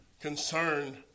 concerned